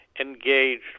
engaged